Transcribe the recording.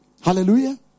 Hallelujah